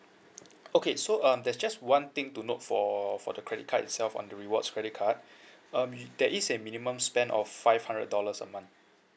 okay so um there's just one thing to note for for the credit card itself on the rewards credit card um y~ there is a minimum spend of five hundred dollars a month